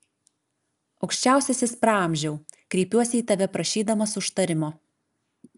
aukščiausiasis praamžiau kreipiuosi į tave prašydamas užtarimo